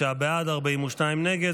59 בעד, 42 נגד.